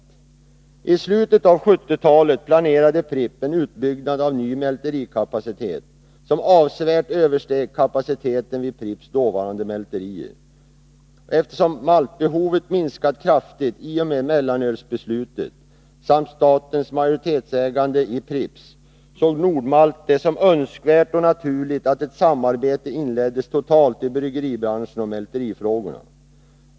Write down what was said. I slutet av 1970-talet planerade Pripps en utbyggnad av ny mälterikapacitet, som avsevärt översteg kapaciteten vid Pripps dåvarande mälterier. Eftersom maltbehovet minskat kraftigt i och med mellanölsbeslutet samt på grund av statens majoritetsägande i Pripps såg Nord-Malt det som önskvärt och naturligt att ett samarbete inleddes i bryggeribranschen totalt om mälterifrågorna.